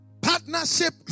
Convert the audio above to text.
partnership